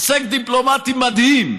הישג דיפלומטי מדהים.